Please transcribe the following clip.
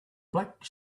black